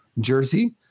jersey